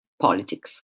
politics